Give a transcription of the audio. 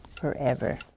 forever